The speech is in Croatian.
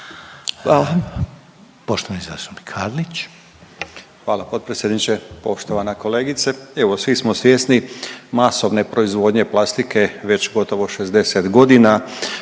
Karlić. **Karlić, Mladen (HDZ)** Hvala potpredsjedniče. Poštovana kolegice. Evo svi smo svjesni masovne proizvodnje plastike već gotovo 60 godina,